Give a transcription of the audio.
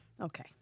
Okay